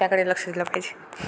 त्याकडे लक्ष दिलं पाहिजे